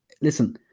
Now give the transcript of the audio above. Listen